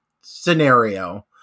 scenario